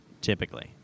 typically